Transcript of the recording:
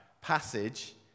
passage